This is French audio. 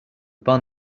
pain